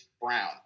Brown